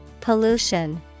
Pollution